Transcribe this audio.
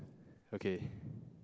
okay